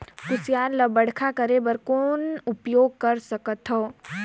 कुसियार ल बड़खा करे बर कौन उपाय कर सकथव?